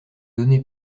données